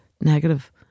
negative